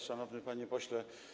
Szanowny Panie Pośle!